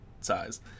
size